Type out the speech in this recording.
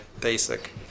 basic